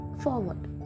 forward